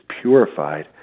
purified